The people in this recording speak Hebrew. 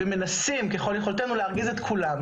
ומנסים ככל יכולתנו להרגיז את כולם,